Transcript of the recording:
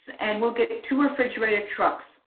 and we'll get it to refrigerated trucks.